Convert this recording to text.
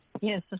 Yes